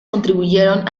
contribuyeron